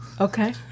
Okay